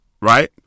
right